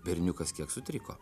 berniukas kiek sutriko